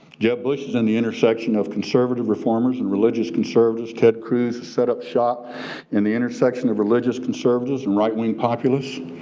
jeb bush is in the intersection of conservative reformers and religious conservatives. ted cruz has set up shop in the intersection of religious conservatives and right-wing populist.